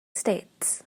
states